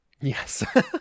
Yes